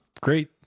great